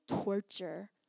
torture